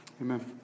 Amen